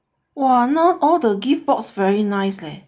!wah! now all the gift box very nice leh